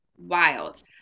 wild